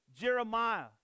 Jeremiah